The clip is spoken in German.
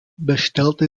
bestellte